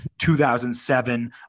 2007